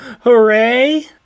Hooray